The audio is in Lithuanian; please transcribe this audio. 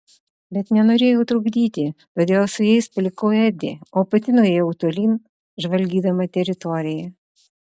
bet nenorėjau trukdyti todėl su jais palikau edį o pati nuėjau tolyn žvalgydama teritoriją